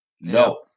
No